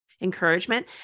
encouragement